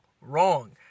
wrong